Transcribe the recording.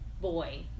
boy